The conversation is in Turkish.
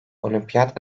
olimpiyat